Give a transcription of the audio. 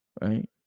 right